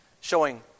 showing